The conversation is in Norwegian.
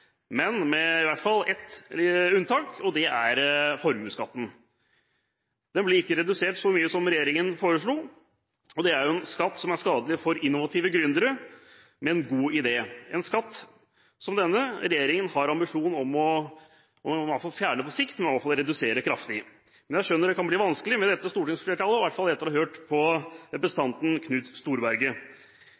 men med i hvert fall ett unntak – formuesskatten. Den ble ikke redusert så mye som regjeringen foreslo. Dette er en skatt som er skadelig for innovative gründere med en god idé. Dette er en skatt som denne regjeringen på sikt har som ambisjon å fjerne, i hvert fall redusere kraftig. Jeg skjønner at det kan bli vanskelig med dette stortingsflertallet – i hvert fall etter å ha hørt på representanten Knut Storberget.